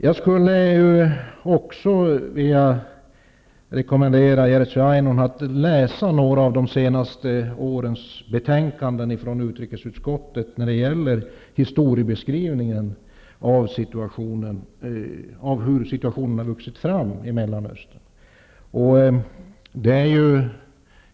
Jag skulle vilja rekommendera Jerzy Einhorn att läsa några av de senaste årens betänkanden från utrikesutskottet med historiebeskrivningen när det gäller hur situationen har vuxit fram i Mellanöstern.